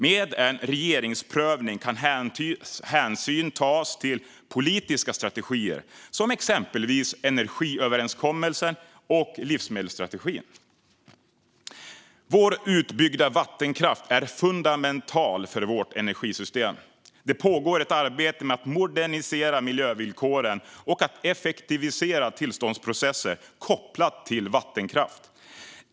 Med en regeringsprövning kan hänsyn tas till politiska strategier, som exempelvis energiöverenskommelsen och livsmedelsstrategin. Vår utbyggda vattenkraft är fundamental för vårt energisystem. Det pågår ett arbete med att modernisera miljövillkoren och effektivisera tillståndsprocesser kopplade till vattenkraft.